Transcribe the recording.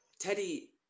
Teddy